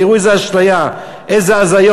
תראו איזו אשליה, איזה הזיות.